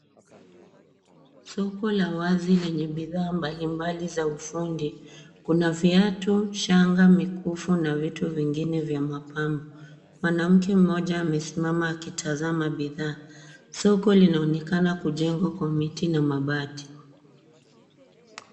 Soko la wazi lenye bidhaa mbalimbali za ufundi. Kuna viatu, shanga, mikufu na vitu vingine vya mapambo. Mwanamke mmoja amesimama akitazama bidhaa. Soko linaonekana kujengwa kwa miti na mabati.